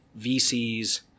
VCs